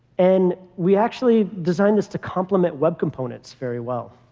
and we actually designed this to complement web components very well.